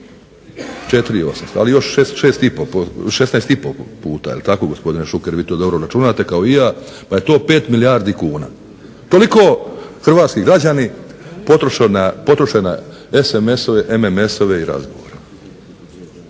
4800 ali još 16 i pol puta, jel tako gospodine Šuker, vi to dobro računate kao i ja pa je to 5 milijardi kuna. Toliko hrvatski građani potroše na SMS-ove, MMS-ove i razgovore.